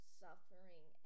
suffering